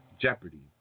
Jeopardy